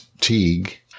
Teague